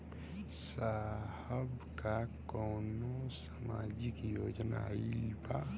साहब का कौनो सामाजिक योजना आईल बा?